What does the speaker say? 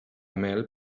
mel